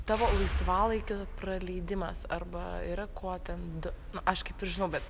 tavo laisvalaikio praleidimas arba yra kuo ten do nu aš kaip ir žinau bet